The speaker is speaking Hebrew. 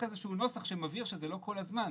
איזשהו נוסח שמבהיר שזה לא כל הזמן,